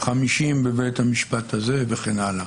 50 בבית המשפט הזה וכן הלאה.